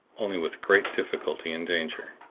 only with great difficulty and danger.